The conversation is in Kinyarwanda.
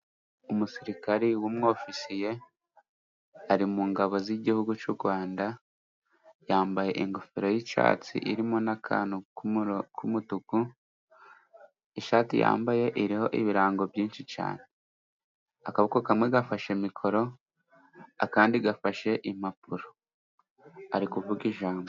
Umusirikare wu mu ofisiye ari mu ngabo z'igihugu cy'u Rwanda, yambaye ingofero y'icyatsi irimo n'akantu k'umutuku. Ishati yambaye iriho ibirango byinshi akaboko kamwe gafashe mikoro kandi gafashe impapuro arikuvuga ijambo.